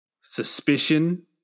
suspicion